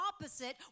opposite